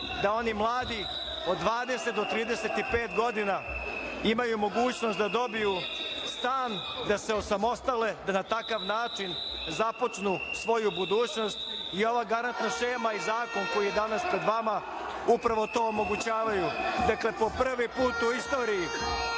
da oni mladi od 20 do 35 godina imaju mogućnost da dobiju stan, da se osamostale, da na takav način započnu svoju budućnost. Ova garantna šema i zakon koji je danas pred vama upravo to omogućavaju. Dakle, po prvi put u istoriji